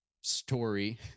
story